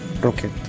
rocket